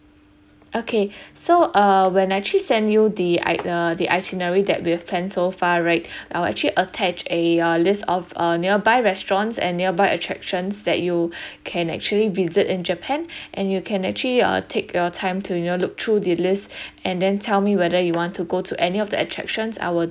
okay so uh when I actually send you the i~ the the itinerary that we have planned so far right I'll actually attach a uh list of uh nearby restaurants and nearby attractions that you can actually visit in japan and you can actually uh take your time to you know look through the list and then tell me whether you want to go to any of the attractions I will